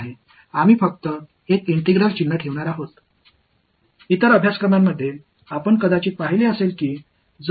எடுத்துக்காட்டாக இது 1 D இது 2 D இது 3D என்பது நாம் ஒரு இன்டெக்ரால்ஸ் integral அடையாளத்தை மட்டுமே வைக்கப் போகிறோம்